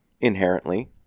inherently